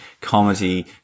comedy